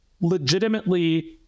legitimately